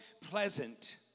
pleasant